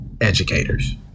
educators